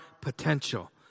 potential